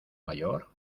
mayor